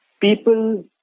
people